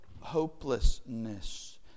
hopelessness